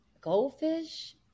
goldfish